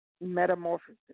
Metamorphosis